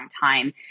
time